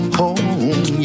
home